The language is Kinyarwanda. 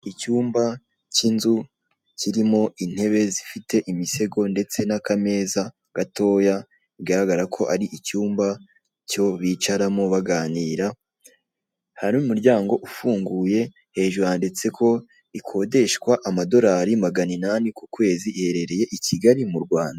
Icyumba k'inzu kirimo intebe zifite imisego ndetse n'akameza gatoya bigaragara ko ari icyumba cyo bicaramo baganira hari umuryango ufunguye hejuru handitse ko ikodeshwa amadorari magana inani iherereye i Kigali mu Rwanda.